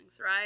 right